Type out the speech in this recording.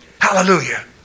Hallelujah